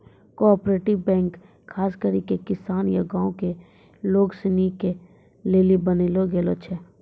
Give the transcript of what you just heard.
cooperative bank खास करी के किसान या गांव के लोग सनी के लेली बनैलो गेलो छै